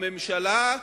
הממשלה,